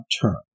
turn